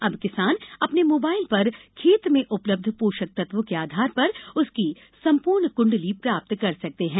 अब किसान अपने मोबाइल पर खेत में उपलब्ध पोषक तत्वों के आधार पर उसकी संपूर्ण कृण्डली प्राप्त कर सकते हैं